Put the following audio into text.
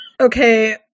Okay